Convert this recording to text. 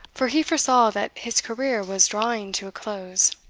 for he foresaw that his career was drawing to a close.